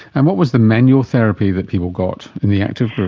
and what was the manual therapy that people got in the active group?